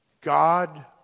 God